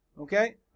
okay